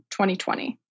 2020